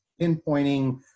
pinpointing